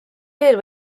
veel